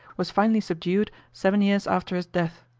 was finally subdued seven years after his death.